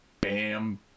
bam